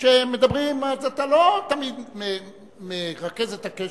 כשמדברים אז אתה לא תמיד מרכז את הקשב.